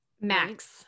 Max